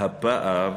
הפער